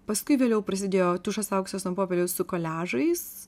paskui vėliau prasidėjo tušas auksas ant popieriaus su koliažais